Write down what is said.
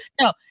No